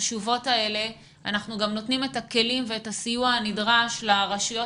החשובות האלה אנחנו גם נותנים את הכלים ואת הסיוע הנדרש לרשויות